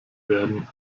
werden